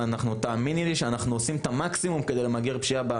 ותאמיני לי שאנחנו עושים את המקסימום כדי למגר פשיעה.